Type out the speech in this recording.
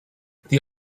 this